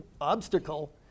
obstacle